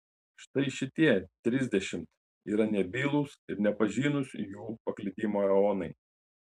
štai šitie trisdešimt yra nebylūs ir nepažinūs jų paklydimo eonai